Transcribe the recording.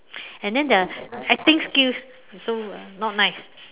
and then their acting skills also ah not nice